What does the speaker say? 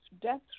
death